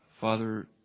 Father